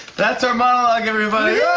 that's our monologue, everybody. yeah